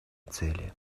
цели